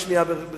עוד שנייה ברשותך.